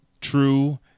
true